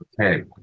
Okay